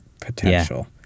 potential